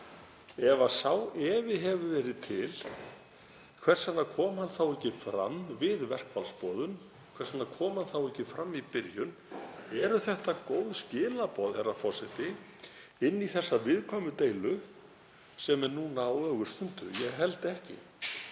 efi hefur verið til, hvers vegna kom hann ekki fram við verkfallsboðun? Hvers vegna kom hann þá ekki fram í byrjun? Eru þetta góð skilaboð inn í þessa viðkvæmu deilu sem nú er á ögurstundu? Ég held ekki.